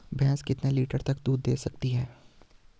भैंस कितने लीटर तक दूध दे सकती है?